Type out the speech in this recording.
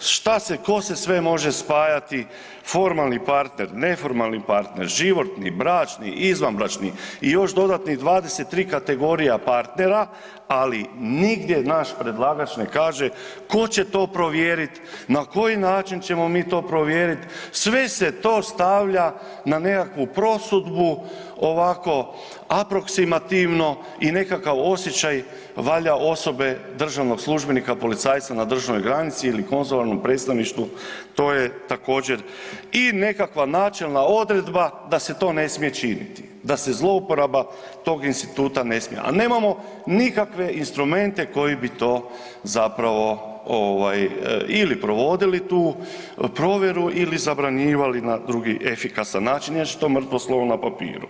šta se, tko se sve može spajati, formalni partner, neformalni partner, životni, bračni, izvanbračni i još dodatnih 23 kategorija partnera, ali nigdje naš predlagač ne kaže tko će to provjerit, na koji način ćemo mi to provjeriti, sve se to stavlja na nekakvu prosudbu ovako aproksimativno i nekakav osjećaj valjda osobe državnog službenika, policajca na državnoj granici ili konzularnom predstavništvu, to je također i nekakva načelna odredba da se to ne smije činiti, da se zlouporaba tog instituta ne smije, a nemamo nikakve instrumente koji bi to zapravo ovaj ili provodili tu provjeru ili zabranjivali na drugi efikasan način inače je to mrtvo slovo na papiru.